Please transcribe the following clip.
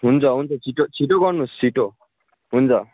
हुन्छ हुन्छ छिट्टो छिट्टो गर्नुहोस् छिट्टो हुन्छ